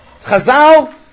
chazal